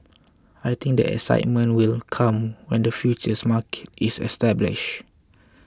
I think the excitement will come when the futures market is established